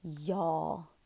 y'all